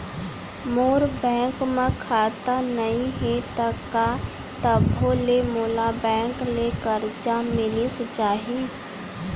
मोर bank म खाता नई हे त का तभो ले मोला बैंक ले करजा मिलिस जाही?